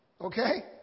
okay